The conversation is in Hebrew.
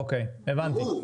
אוקי, הבנתי.